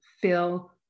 feel